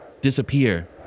disappear